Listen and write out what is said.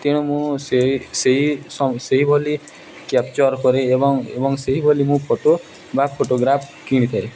ତେଣୁ ମୁଁ ସେଇ ସେହି ସେହିଭଲି କ୍ୟାପଚର୍ କରେ ଏବଂ ଏବଂ ସେହିଭଲି ମୁଁ ଫଟୋ ବା ଫଟୋଗ୍ରାଫ୍ କିଣିଥାଏ